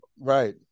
right